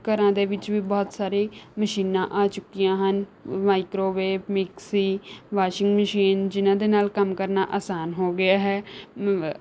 ਘਰਾਂ ਦੇ ਵਿੱਚ ਵੀ ਬਹੁਤ ਸਾਰੇ ਮਸ਼ੀਨਾਂ ਆ ਚੁੱਕੀਆਂ ਹਨ ਮਾਈਕਰੋਵੇਵ ਮਿਕਸੀ ਵਾਸ਼ਿੰਗ ਮਸ਼ੀਨ ਜਿਨ੍ਹਾਂ ਦੇ ਨਾਲ ਕੰਮ ਕਰਨਾ ਆਸਾਨ ਹੋ ਗਿਆ ਹੈ